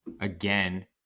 again